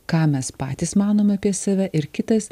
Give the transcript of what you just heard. ką mes patys manom apie save ir kitas